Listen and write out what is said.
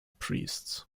priests